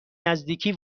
نزدیکی